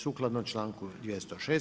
Sukladno članku 206.